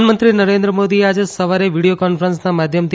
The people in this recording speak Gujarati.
પ્રધાનમંત્રી નરેન્દ્ર મોદી એ આજે સવારે વીડીયો કોન્ફરન્સના માધ્યમથી